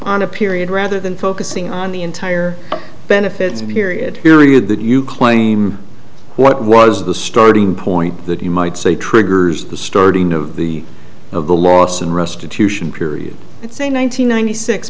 on period rather than focusing on the entire benefits period period that you claim what was the starting point that you might say triggers the starting of the of the last and restitution period it's a nine hundred ninety six